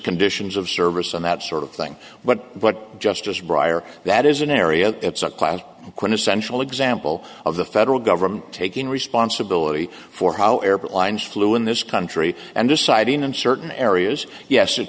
conditions of service and that sort of thing but what justice brier that is an area it's a class a quintessential example of the federal government taking responsibility for how airport lines flew in this country and deciding in certain areas yes it